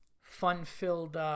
fun-filled